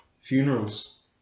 funerals